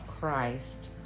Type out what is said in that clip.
Christ